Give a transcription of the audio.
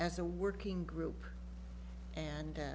as a working group and